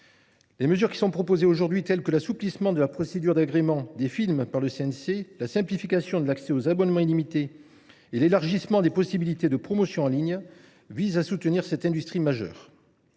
Les mesures qui nous sont soumises ce soir, telles que l’assouplissement de la procédure d’agrément des films par le CNC, la simplification de l’accès aux abonnements illimités et l’élargissement des possibilités de promotion en ligne, visent à soutenir cette industrie majeure.